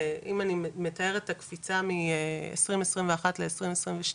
אם אני מתארת את הקפיצה מ-2021 ל-2022,